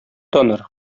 таныр